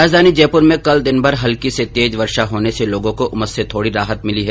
राजधानी जयपुर में कल दिनभर हल्की से ं तेज वर्षा होने से लोगों को उमस से थोडी राहत मिली है